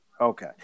okay